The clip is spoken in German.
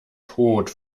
tot